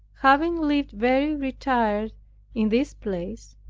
having lived very retired in this place,